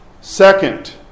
Second